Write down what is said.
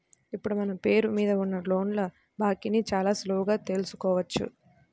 ఇప్పుడు మన పేరు మీద ఉన్న లోన్ల బాకీని చాలా సులువుగా తెల్సుకోవచ్చు